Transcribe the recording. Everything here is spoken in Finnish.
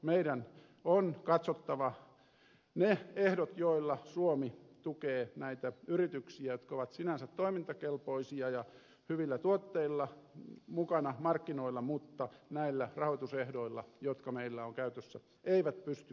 meidän on katsottava ne ehdot joilla suomi tukee näitä yrityksiä jotka ovat sinänsä toimintakelpoisia ja hyvillä tuotteilla mukana markkinoilla mutta näillä rahoitusehdoilla jotka meillä on käytössä eivät pysty kilpailemaan noilla markkinoilla